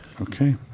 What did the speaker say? Okay